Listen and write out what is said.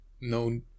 no